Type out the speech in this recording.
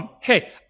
Hey